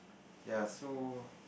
ya so